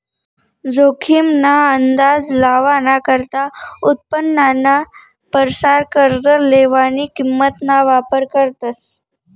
जोखीम ना अंदाज लावाना करता उत्पन्नाना परसार कर्ज लेवानी किंमत ना वापर करतस